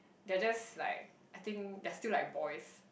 they are just like I think they are still like boys